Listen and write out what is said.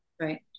Right